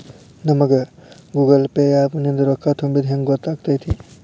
ನಮಗ Google Pay app ನಿಂದ ರೊಕ್ಕಾ ತುಂಬಿದ್ದ ಹೆಂಗ್ ಗೊತ್ತ್ ಆಗತೈತಿ?